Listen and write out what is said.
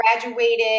graduated